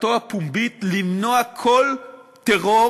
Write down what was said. הבטחתו הפומבית למנוע כל טרור